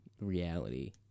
reality